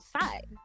side